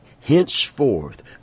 henceforth